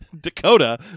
Dakota